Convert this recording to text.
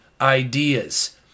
ideas